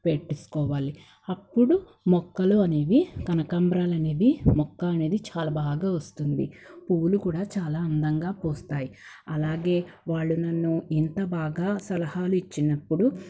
కప్పిపెట్టేసుకోవాలి అప్పుడు మొక్కలు అనేవి కనకంబరాలనేవి మొక్క అనేది చాలా బాగా వస్తుంది పువ్వులు కూడా చాలా అందంగా పూస్తాయి అలాగే వాళ్ళు నన్ను ఎంత బాగా సలహాలు ఇచ్చినప్పుడు